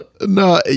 No